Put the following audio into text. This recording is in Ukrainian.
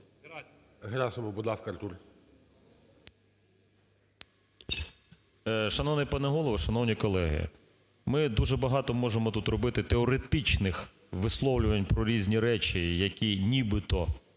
ГЕРАСИМОВ А.В. Шановний пане Голово! Шановні колеги! Ми дуже багато можемо тут робити теоретичних висловлювань про різні речі, які нібито